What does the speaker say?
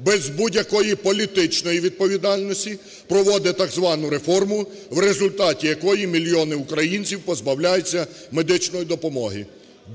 без будь-якої політичної відповідальності, проводить так звану реформу, в результаті якої мільйони українців позбавляються медичної допомоги.